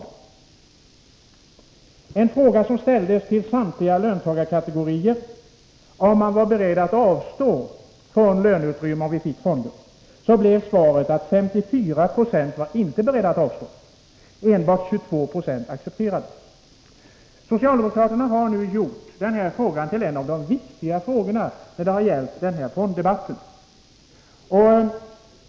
Vid en förfrågan som ställdes till samtliga löntagarkategorier om de var beredda att avstå från löneutrymme om vi får fonder, blev svaret att 54 26 inte var beredda att avstå. Enbart 22 20 accepterade. Socialdemokraterna har nu gjort den här frågan till en av de viktiga frågorna när det gäller den här fonddebatten.